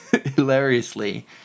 Hilariously